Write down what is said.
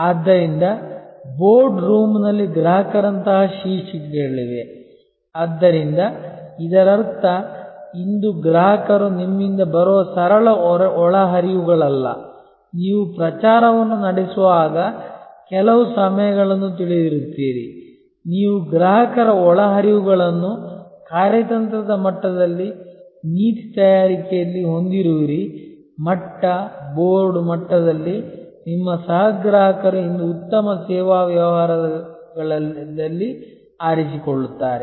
ಆದ್ದರಿಂದ ಬೋರ್ಡ್ ರೂಂನಲ್ಲಿ ಗ್ರಾಹಕರಂತಹ ಶೀರ್ಷಿಕೆಗಳಿವೆ ಆದ್ದರಿಂದ ಇದರರ್ಥ ಇಂದು ಗ್ರಾಹಕರು ನಿಮ್ಮಿಂದ ಬರುವ ಸರಳ ಒಳಹರಿವುಗಳಲ್ಲ ನೀವು ಪ್ರಚಾರವನ್ನು ನಡೆಸುವಾಗ ಕೆಲವು ಸಮಯಗಳನ್ನು ತಿಳಿದಿರುತ್ತೀರಿ ನೀವು ಗ್ರಾಹಕರ ಒಳಹರಿವುಗಳನ್ನು ಕಾರ್ಯತಂತ್ರದ ಮಟ್ಟದಲ್ಲಿ ನೀತಿ ತಯಾರಿಕೆಯಲ್ಲಿ ಹೊಂದಿರುವಿರಿ ಮಟ್ಟ ಬೋರ್ಡ್ ಮಟ್ಟದಲ್ಲಿ ನಿಮ್ಮ ಸಹಗ್ರಾಹಕರು ಇಂದು ಉತ್ತಮ ಸೇವಾ ವ್ಯವಹಾರದಲ್ಲಿ ಆರಿಸಿಕೊಳ್ಳುತ್ತಾರೆ